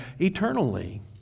eternally